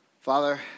Father